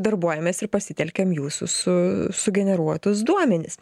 darbuojamės ir pasitelkiam jūsų su sugeneruotus duomenis